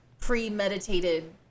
premeditated